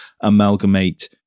amalgamate